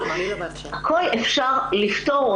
הכול אפשר לפתור,